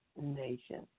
nation